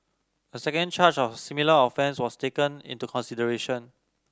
a second charge of similar offence was also taken into consideration